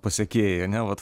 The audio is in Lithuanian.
pasekėjai ane vat